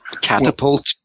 catapult